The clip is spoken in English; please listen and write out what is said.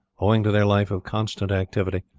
owing to their life of constant activity,